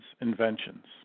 inventions